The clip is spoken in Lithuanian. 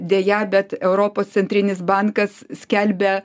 deja bet europos centrinis bankas skelbia